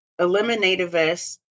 Eliminativists